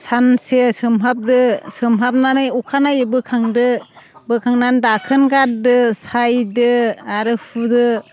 सानसे सोमहाबदो सोमहाबनानै अखानायै बोखांदो बोखांनानै दाखोन गारदो सायदो आरो हुदो